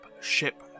Ship